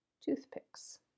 toothpicks